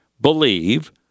believe